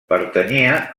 pertanyia